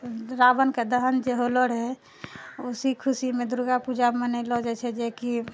रावणके दहन जे होलो रहै उसी खुशीमे दुर्गा पूजामे मनेलो जाइत छै जेकि